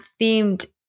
themed